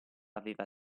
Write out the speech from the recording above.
aveva